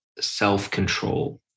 self-control